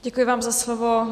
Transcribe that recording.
Děkuji vám za slovo.